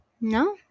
No